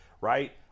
right